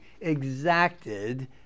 exacted